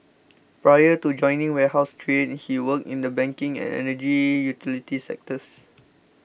prior to joining wholesale trade he worked in the banking and energy utilities sectors